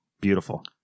Beautiful